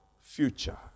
future